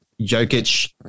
Jokic